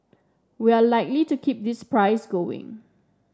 we are likely to keep this price going